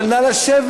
כמה זמן אתה חושב,